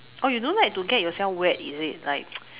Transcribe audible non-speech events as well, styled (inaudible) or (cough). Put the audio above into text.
oh you don't like to get yourself wet is it like (noise)